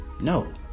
No